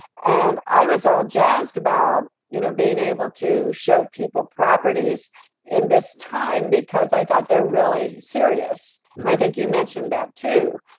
and i was all jazzed about you know being able to show people properties in this time because i thought they're really serious. and i think you mentioned that too.